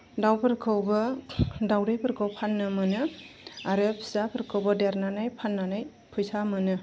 दाउफोरखौबो दाउदैफोरखौ फाननो मोनो आरो फिसाफोरखौबो देरनानै फाननानै फैसा मोनो